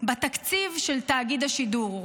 בתקציב של תאגיד השידור.